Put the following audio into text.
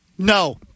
No